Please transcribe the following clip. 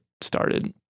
started